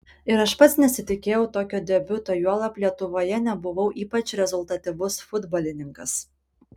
ir aš pats nesitikėjau tokio debiuto juolab lietuvoje nebuvau ypač rezultatyvus futbolininkas